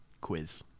quiz